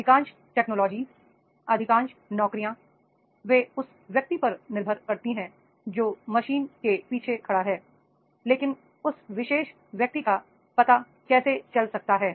अधिकांश टेक्नोलॉजी अधिकांश नौकरियां वे उस व्यक्ति पर निर्भर करती हैं जो मशीन के पीछे खड़ा है लेकिन उस विशेष व्यक्ति का पता कैसे चल रहा है